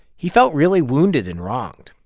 he felt really wounded and wronged.